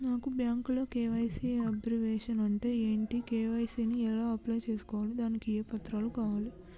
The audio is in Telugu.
నాకు బ్యాంకులో కే.వై.సీ అబ్రివేషన్ అంటే ఏంటి కే.వై.సీ ని ఎలా అప్లై చేసుకోవాలి దానికి ఏ పత్రాలు కావాలి?